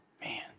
Man